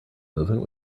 movement